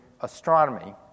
astronomy